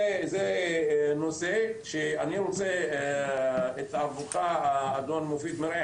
אני רוצה את התערבותך בנושא הזה,